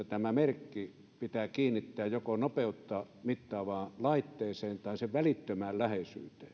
tämä merkki pitää kiinnittää joko nopeutta mittavaan laitteeseen tai sen välittömään